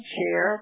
Chair